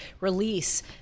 release